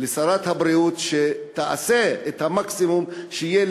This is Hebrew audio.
לשרת הבריאות שתעשה את המקסימום שיהיה